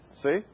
See